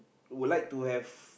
would like to have